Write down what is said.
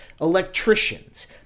electricians